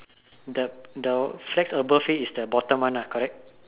the the flag above it is the bottom one ah correct